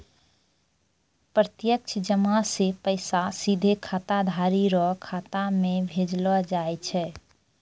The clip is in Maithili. प्रत्यक्ष जमा से पैसा सीधे खाताधारी रो खाता मे भेजलो जाय छै